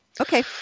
Okay